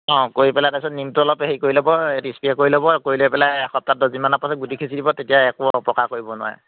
অঁ কৰি পেলাই তাৰ পিছত নিমটো অলপ হেৰি কৰি ল'ব এই স্প্ৰে কৰি ল'ব কৰি লৈ পেলাই এসপ্তাহ দহদিনমানৰ পিছত গুটি সিঁচি দিব একো অপকাৰ কৰিব নোৱাৰে